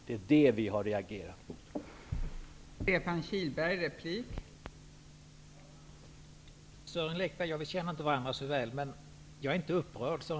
Det är vad vi har reagerat mot.